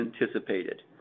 anticipated